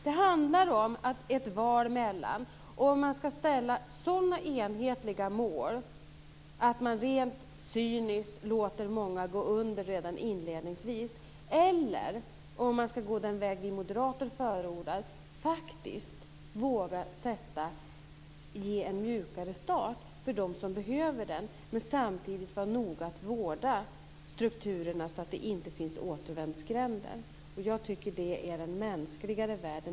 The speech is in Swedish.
Det handlar om ett val mellan att ställa sådana enhetliga mål att man rent cyniskt låter många gå under redan inledningsvis eller att gå den väg vi moderater förordar, att faktiskt våga ge en mjukare start för dem som behöver den, men samtidigt vara noga med att vårda strukturerna så att det inte finns återvändsgränder. Jag tycker att det är en mänskligare värld.